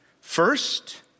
First